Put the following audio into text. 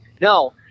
no